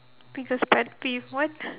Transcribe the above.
biggest pet peeve what